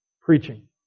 preaching